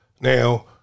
Now